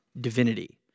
divinity